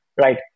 Right